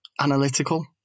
analytical